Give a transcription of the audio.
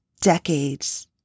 decades